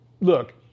look